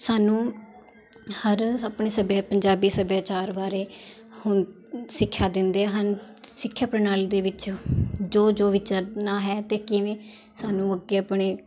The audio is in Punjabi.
ਸਾਨੂੰ ਹਰ ਆਪਣੇ ਸੱਭਿਆ ਪੰਜਾਬੀ ਸੱਭਿਆਚਾਰ ਬਾਰੇ ਹੁਣ ਸਿੱਖਿਆ ਦਿੰਦੇ ਹਨ ਸਿੱਖਿਆ ਪ੍ਰਣਾਲੀ ਦੇ ਵਿੱਚ ਜੋ ਜੋ ਵਿਚਰਨਾ ਹੈ ਅਤੇ ਕਿਵੇਂ ਸਾਨੂੰ ਅੱਗੇ ਆਪਣੇ